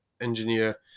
engineer